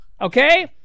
Okay